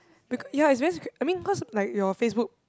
becau~ ya it's very secur~ I mean cause like your Facebook